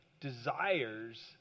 desires